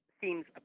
seems